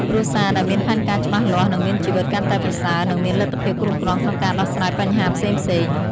គ្រួសារដែលមានផែនការច្បាស់លាស់នឹងមានជីវិតកាន់តែប្រសើរ និងមានលទ្ធភាពគ្រប់គ្រាន់ក្នុងការដោះស្រាយបញ្ហាផ្សេងៗ។